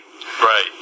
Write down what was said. Right